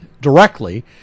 directly